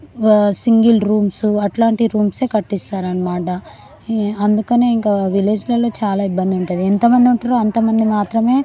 single rooms అట్లాంటి రూమ్సే కట్టిస్తారనమాట అందుకనే ఇంక విలేజ్లల్లో చాలా ఇబ్బంది ఉంటుంది ఎంతమందుంటారో అంతమంది మాత్రమే